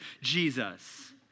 Jesus